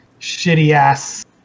shitty-ass